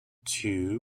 two